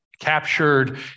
captured